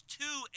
two